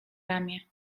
ramię